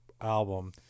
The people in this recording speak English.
album